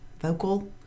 vocal